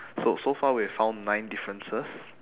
so so far we have found nine differences